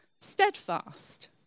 steadfast